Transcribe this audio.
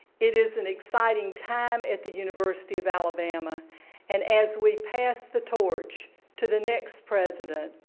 it is an exciting time at the university of alabama and as we pass the torch to the next president,